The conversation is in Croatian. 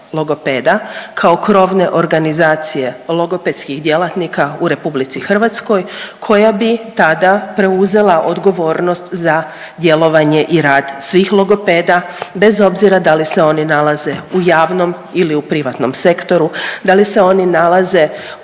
logopeda kao krovne organizacije logopedskih djelatnika u RH koja bi tada preuzela odgovornost za djelovanje i rad svih logopeda bez obzira da li se oni nalaze u javnom ili u privatnom sektoru, da li se oni nalaze u